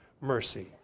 mercy